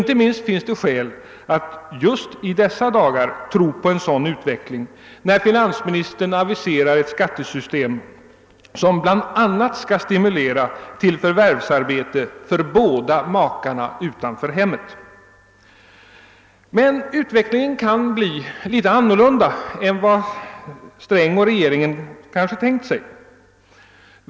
Inte minst finns det skäl att vänta sig en sådan utveckling just i dessa dagar när finansministern aviserar ett skattesystem som bl.a. skall stimulera till förvärvsarbete för båda makarna utanför hemmet. Utvecklingen kan bli en smula annorlunda än vad herr Sträng och regeringen kanske tänkt sig.